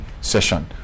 session